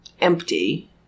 empty